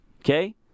okay